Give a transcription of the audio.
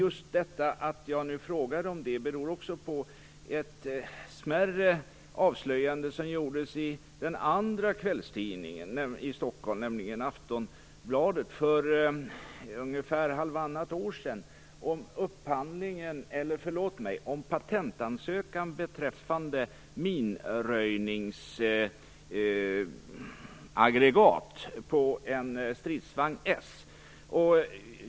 Interpellationen ställs också mot bakgrund av ett mindre avslöjande som gjordes i den andra kvällstidningen i Stockholm, nämligen Aftonbladet, för ungefär halvannat år sedan. Det gällde patentansökan beträffande minröjningsaggregat på Stridsvagn S.